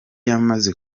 yamaze